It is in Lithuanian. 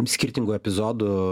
skirtingų epizodų